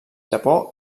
japó